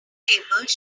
tables